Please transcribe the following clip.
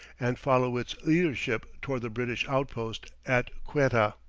and follow its leadership toward the british outpost at quetta.